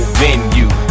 venue